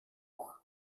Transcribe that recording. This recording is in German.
hoch